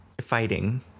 fighting